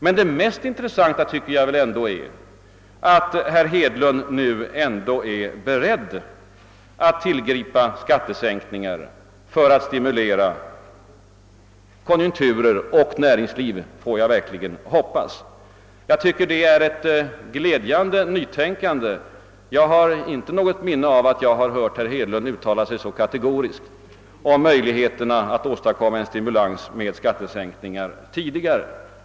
Men det mest intressanta anser jag ändå vara alt herr Hedlund nu äntligen är beredd att tillgripa skattesänkningar för att stimulera konjunkturerna — och även näringslivet, får jag verkligen hoppas! Jag tycker det är bevis på ett glädjande nytänkande; jag har inte något minne av att ha hört herr Hedlund uttala sig så kategoriskt förut om möjligheterna att åstadkomma stimulans med skattesänkningar.